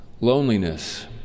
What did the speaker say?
loneliness